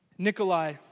Nikolai